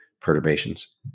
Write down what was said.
perturbations